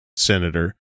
senator